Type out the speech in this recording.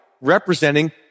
representing